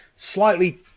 Slightly